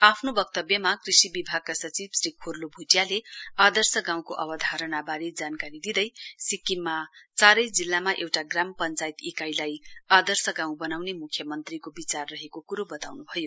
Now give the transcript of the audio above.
आफ्नो वक्तव्यमा कृषि विभागका सचिव श्री खोर्लो भ्टियाले आदर्श गाउँको अवधारणालाई जानकारी दिँदै सिक्किममा चारै जिल्लामा एउटा ग्राम पञ्चायत इकाइलाई आदर्श गाउँ बनाउने म्ख्यमन्त्रीको विचार रहेको क्रो बताउन्भयो